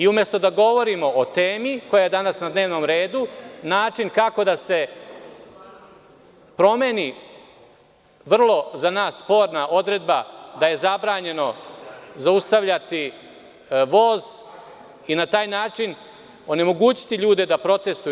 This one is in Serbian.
Umesto da govorimo o temi koja je danas na dnevnom redu, način kako da se promeni vrlo za nas sporna odredba da je zabranjeno zaustavljati voz i na taj način onemogućiti ljude da protestuju.